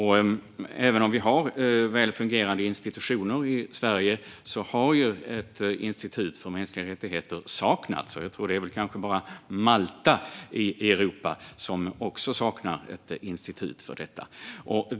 Även om vi har väl fungerande institutioner i Sverige har ett institut för mänskliga rättigheter saknats. I Europa är det väl nu bara Malta som saknar ett institut för detta.